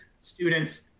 students